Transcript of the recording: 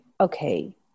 okay